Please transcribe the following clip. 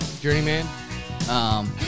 Journeyman